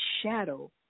shadow